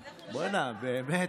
כן בוא הנה, באמת.